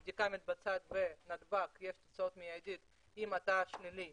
הבדיקה מתבצעת בנתב"ג ויש תוצאה מידית ואם אתה שלילי